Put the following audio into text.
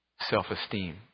self-esteem